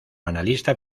analista